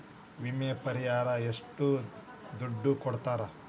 ವಿಮೆ ಪರಿಹಾರ ಎಷ್ಟ ದುಡ್ಡ ಕೊಡ್ತಾರ?